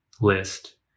list